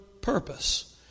purpose